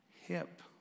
hip